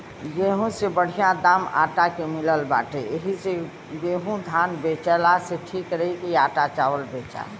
गेंहू से बढ़िया दाम आटा के मिलत बाटे एही से गेंहू धान बेचला से ठीक रही की आटा चावल बेचा